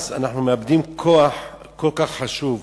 אז אנחנו מאבדים כוח כל כך חשוב.